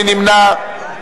מי נמנע?